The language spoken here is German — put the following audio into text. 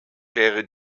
wäre